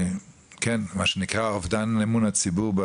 כן, זה מה שנקרא אובדן אמון הציבור.